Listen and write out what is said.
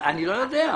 אני לא יודע.